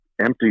empty